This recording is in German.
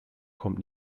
kommt